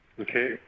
Okay